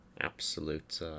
absolute